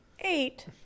Eight